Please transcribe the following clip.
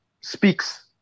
speaks